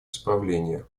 исправления